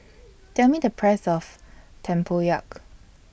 Tell Me The Price of Tempoyak